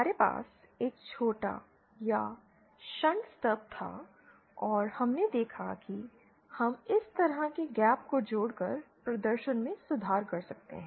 हमारे पास एक छोटा या शंट स्टब था और हमने देखा कि हम इस तरह के गैप को जोड़कर प्रदर्शन में सुधार कर सकते हैं